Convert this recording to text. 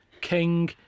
king